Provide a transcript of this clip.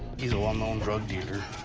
he's a well-known drug dealer,